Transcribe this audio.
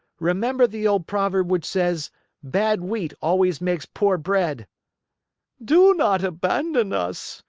remember the old proverb which says bad wheat always makes poor bread do not abandon us.